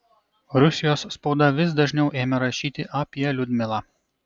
rusijos spauda vis dažniau ėmė rašyti apie liudmilą